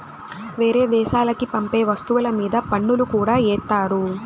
వేరే దేశాలకి పంపే వస్తువుల మీద పన్నులు కూడా ఏత్తారు